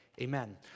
amen